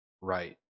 Right